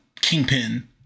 Kingpin